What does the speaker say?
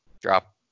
drop